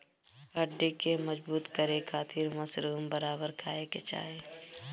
हड्डी के मजबूत करे खातिर मशरूम बराबर खाये के चाही